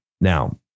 Now